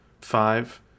Five